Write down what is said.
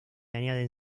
añaden